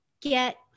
get